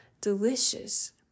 delicious